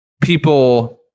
people